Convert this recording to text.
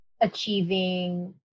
achieving